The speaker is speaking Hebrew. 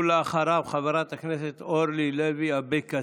אחריו, חברת הכנסת אורלי לוי אבקסיס.